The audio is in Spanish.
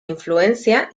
influencia